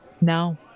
No